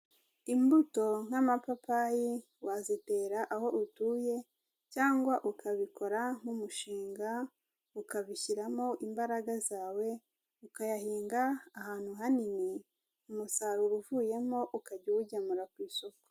Imbuto nk'amapapayi wazitera aho utuye cyangwa ukabikora nk'umushinga, ukabishyiramo imbaraga zawe, ukayahinga ahantu hanini, umusaruro uvuyemo ukajya uwugemura ku isoko.